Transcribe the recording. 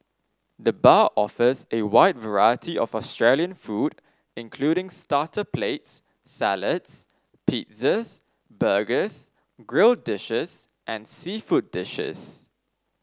the bar offers a wide variety of Australian food including starter plates salads pizzas burgers grill dishes and seafood dishes